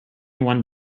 one